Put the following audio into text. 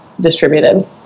distributed